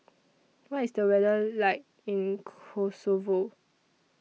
What IS The weather like in Kosovo